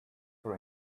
for